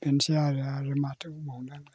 बेनोसै आरो माथो बुंबावनो आंलाय